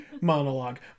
monologue